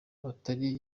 atari